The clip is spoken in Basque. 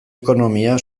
ekonomia